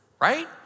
right